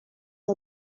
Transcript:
nie